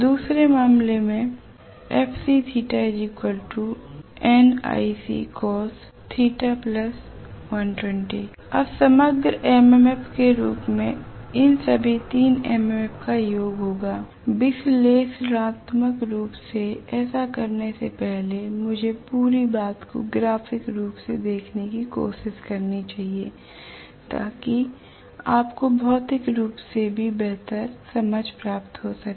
दूसरे मामले में अब समग्र MMF के रूप में इन सभी 3 MMF का योग होगा विश्लेषणात्मक रूप से ऐसा करने से पहले मुझे पूरी बात को ग्राफिक रूप से देखने की कोशिश करनी चाहिए ताकि आपको भौतिक रूप से भी बेहतर समझ प्राप्त हो सके